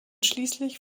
schließlich